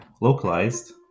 localized